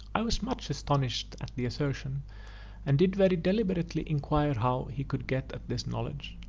i was much astonished at the assertion and did very deliberately inquire how he could get at this knowledge.